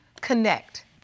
connect